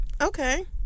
okay